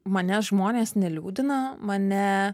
mane žmonės neliūdina mane